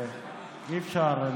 ואי-אפשר,